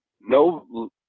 no